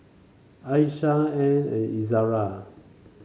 Aishah Ain and Izara